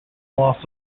loss